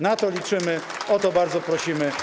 Na to liczymy, o to bardzo prosimy.